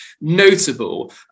notable